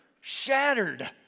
shattered